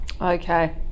Okay